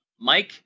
Mike